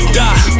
die